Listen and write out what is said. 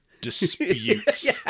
disputes